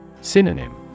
Synonym